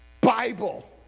Bible